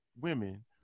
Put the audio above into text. women